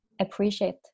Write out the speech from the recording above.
appreciate